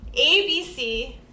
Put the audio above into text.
ABC